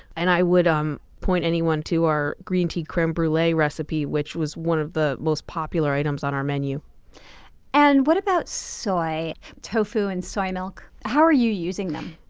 and i would um point anyone to our green tea creme brulee recipe, which was one of the most popular items on our menu and what about soy tofu and soy milk? how are you using them?